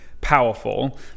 powerful